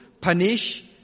Punish